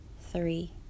three